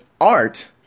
art